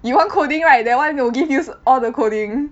you want coding right that one will give you all the coding